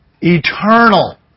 eternal